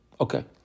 Okay